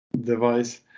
device